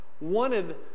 wanted